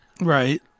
Right